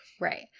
Right